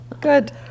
Good